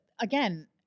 again